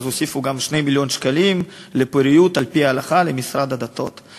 אז הוסיפו גם 2 מיליון שקלים לפוריות על-פי ההלכה למשרד הדתות.